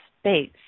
space